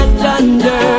thunder